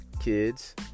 kids